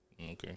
Okay